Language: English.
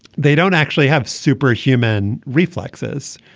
they don't actually have superhuman reflexes.